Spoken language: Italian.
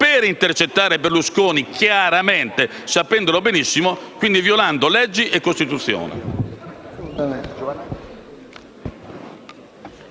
per intercettare Berlusconi, sapendolo benissimo, quindi violando leggi e Costituzione.